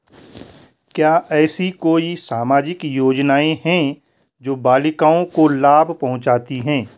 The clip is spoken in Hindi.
क्या ऐसी कोई सामाजिक योजनाएँ हैं जो बालिकाओं को लाभ पहुँचाती हैं?